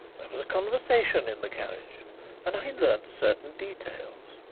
there was conversation in the carriage and i learned certain details.